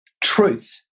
truth